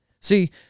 See